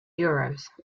euros